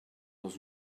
dans